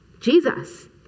Jesus